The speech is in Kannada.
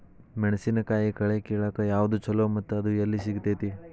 ಮೆಣಸಿನಕಾಯಿ ಕಳೆ ಕಿಳಾಕ್ ಯಾವ್ದು ಛಲೋ ಮತ್ತು ಅದು ಎಲ್ಲಿ ಸಿಗತೇತಿ?